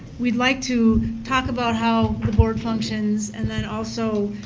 we'd like to talk about how the board functions and then also